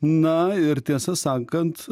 na ir tiesą sakant